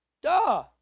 Duh